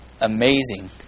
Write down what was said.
Amazing